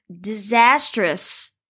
disastrous